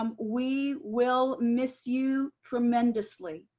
and we will miss you tremendously.